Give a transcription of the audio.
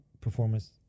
performance